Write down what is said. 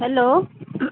hello